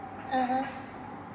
(uh huh)